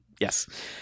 Yes